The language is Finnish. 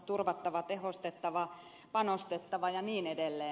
turvattava tehostettava panostettava ja niin edelleen